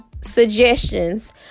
suggestions